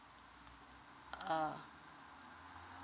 uh